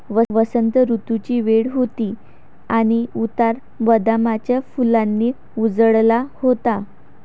वसंत ऋतूची वेळ होती आणि उतार बदामाच्या फुलांनी उजळला होता